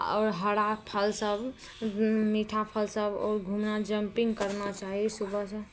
आओर हरा फल सभ मीठा फल सभ आओर घुमना जम्पिंग करना चाही सुबहसँ